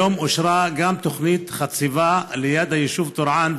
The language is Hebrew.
היום אושרה גם תוכנית חציבה ליד היישוב טורעאן,